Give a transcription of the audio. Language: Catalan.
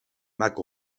mac